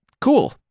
Cool